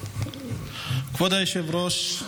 כבוד היושב-ראש,